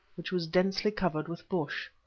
which was densely covered with bush.